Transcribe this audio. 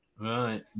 right